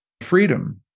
freedom